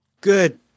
good